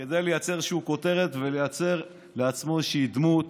כדי לייצר איזושהי כותרת ולייצר לעצמו איזושהי דמות